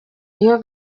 iyo